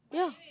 yeah